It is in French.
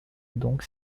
donc